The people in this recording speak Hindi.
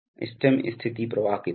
स्टेम स्थिति प्रवाह की तरह